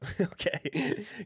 Okay